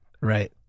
right